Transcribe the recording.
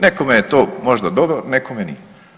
Nekome je to možda dobro, nekome nije.